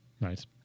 Nice